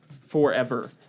forever